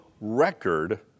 record